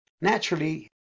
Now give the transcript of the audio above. Naturally